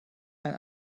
ein